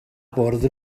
bwrdd